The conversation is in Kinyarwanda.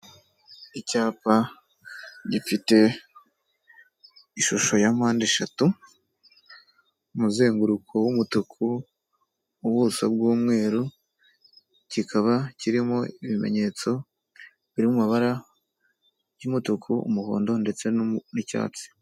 Icyapa gifite ishusho ya mpande eshatu, umuzenguruko w'umutuku, ubuso bw'umweru, kikaba kirimo ibimenyetso biri mu mabara y'umutuku, umuhondo ndetse n'icyatsi,